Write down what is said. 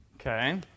Okay